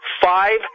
Five